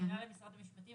שאלה למשרד המשפטים,